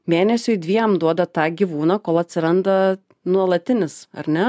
mėnesiui dviem duodat tą gyvūną kol atsiranda nuolatinis ar ne